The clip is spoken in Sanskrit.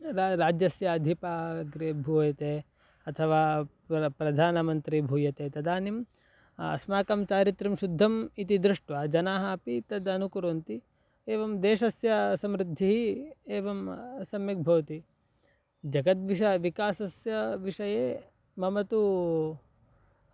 र राज्यस्य अधिपः अग्रे भूयते अथवा प्र प्रधानमन्त्री भूयते तदानीम् अस्माकं चारित्र्यं शुद्धम् इति दृष्ट्वा जनाः अपि तद् अनुकुर्वन्ति एवं देशस्य समृद्धिः एवं सम्यक् भवति जगद्विष विकासस्य विषये मम तु